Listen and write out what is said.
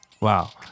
Wow